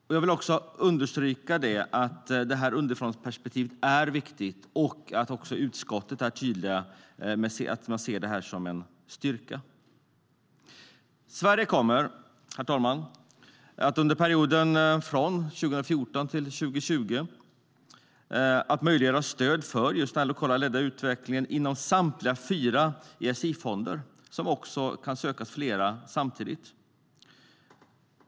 Jag vill understryka att detta underifrånperspektiv är viktigt och att även utskottet är tydligt med att man ser detta som en styrka. Sverige kommer, herr talman, att under perioden från 2014 till 2020 möjliggöra stöd för denna lokalt ledda utveckling inom samtliga fyra ESI-fonder. Man kan söka ur flera samtidigt.